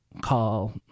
call